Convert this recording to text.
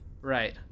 Right